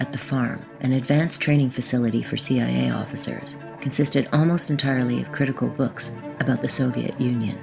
at the farm and advanced training facility for cia officers consisted almost entirely of critical books about the soviet union